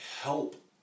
help